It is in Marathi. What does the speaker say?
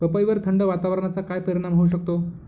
पपईवर थंड वातावरणाचा काय परिणाम होऊ शकतो?